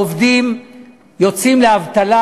העובדים יוצאים לאבטלה,